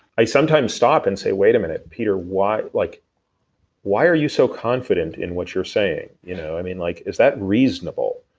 i sometimes stop and say, wait a minute. peter, like why are you so confident in what you're saying? you know i mean, like is that reasonable?